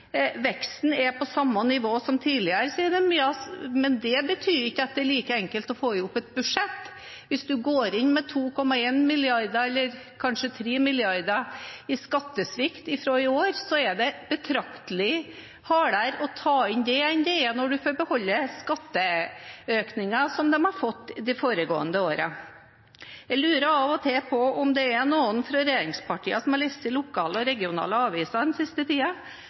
Veksten er på samme nivå som tidligere, sier de. Ja, men det betyr ikke at det er like enkelt å få i hop et budsjett. Hvis man går inn med 2,1 mrd. kr, eller kanskje 3 mrd. kr, i skattesvikt fra i år, er det betraktelig hardere å ta inn det enn det er når man får beholde skatteøkningen som man har fått de foregående årene. Jeg lurer av og til på om det er noen fra regjeringspartiene som har lest lokale og regionale aviser den siste